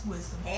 Wisdom